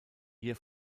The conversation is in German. ihr